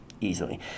Easily